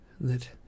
that